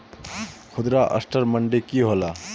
खुदरा असटर मंडी की होला?